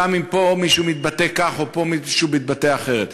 גם אם פה מישהו מתבטא כך או פה מישהו מתבטא אחרת,